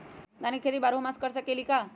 धान के खेती बारहों मास कर सकीले का?